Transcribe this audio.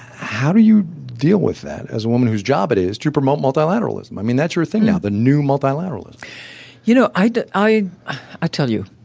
how do you deal with that as a woman whose job it is to promote multilateralism? i mean, that's your thing now, the new multilateralism. you know, i i tell you,